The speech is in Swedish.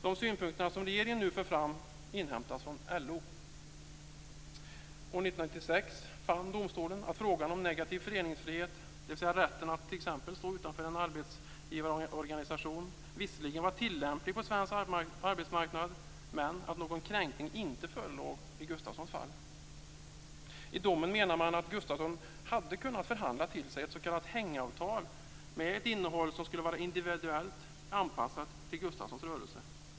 De synpunkter som regeringen nu för fram inhämtas från LO. År 1996 fann domstolen att frågan om negativ föreningsfrihet, dvs. rätten att t.ex. stå utanför en arbetsgivarorganisation, visserligen var tillämplig på svensk arbetsmarknad, men att någon kränkning inte förelåg i Gustafssons fall. I domen menar man att Gustafsson hade kunnat förhandla till sig ett s.k. hängavtal med ett innehåll som skulle vara individuellt anpassat till Gustafssons rörelse.